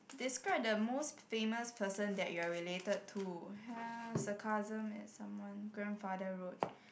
describe the most famous person that you are related to has the cousin and someone grandfather road